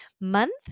month